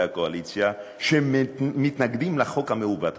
הקואליציה שמתנגדים לחוק המעוות הזה,